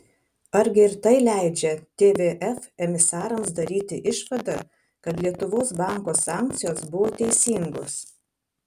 argi ir tai leidžia tvf emisarams daryti išvadą kad lietuvos banko sankcijos buvo teisingos